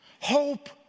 hope